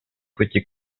пути